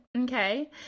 Okay